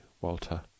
Walter